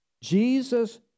Jesus